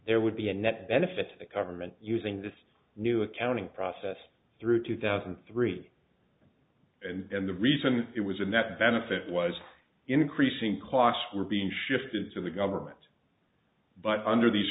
there would be a net benefit to the government using this new accounting process through two thousand and three and the reason it was a net benefit was increasing costs were being shifted so the government but under these